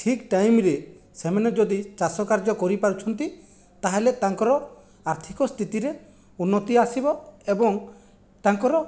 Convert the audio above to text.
ଠିକ୍ ଟାଇମରେ ସେମାନେ ଯଦି ଚାଷ କାର୍ଯ୍ୟ କରିପାରୁଛନ୍ତି ତାହେଲେ ତାଙ୍କର ଆର୍ଥିକ ସ୍ଥିତିରେ ଉନ୍ନତି ଆସିବ ଏବଂ ତାଙ୍କର